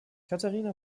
katharina